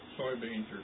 soybeans